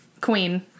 queen